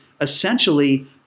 essentially